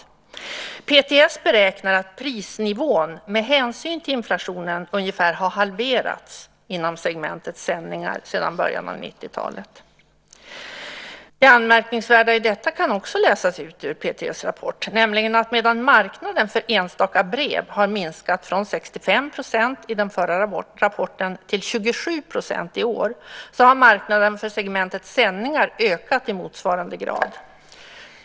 PTS beräknar att prisnivån med hänsyn till inflationen ungefär halverats inom segmentet sändningar sedan början av 90-talet. Det anmärkningsvärda i detta kan också läsas ut ur PTS rapport, nämligen att medan marknaden för enstaka brev har minskat från 65 % i den förra rapporten till 27 % i år har marknaden för segmentet sändningar ökat i motsvarande grad.